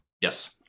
Yes